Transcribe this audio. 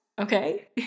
Okay